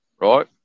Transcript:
right